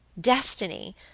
Destiny